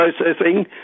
processing